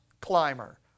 climber